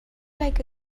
like